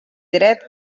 dret